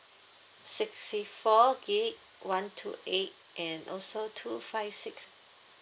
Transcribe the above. sixty four gig one two eight and also two five six